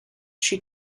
she